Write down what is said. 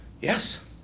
Yes